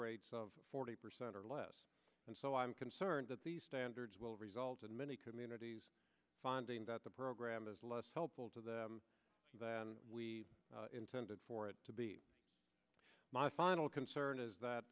rates of forty percent or less and so i'm concerned that these standards will result in many communities finding that the program is less helpful to them than we intended for it to be my final concern is that